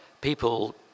people